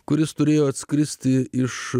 kuris turėjo atskristi iš